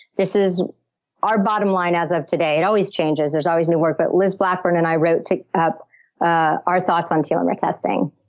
this is our bottom line as of today. it always changes. there's always new work, but liz blackburn and i wrote up ah our thoughts on telomere testing,